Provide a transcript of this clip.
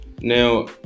Now